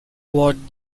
what